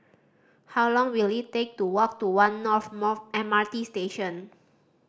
how long will it take to walk to One North M R T Station